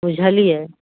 बुझलियै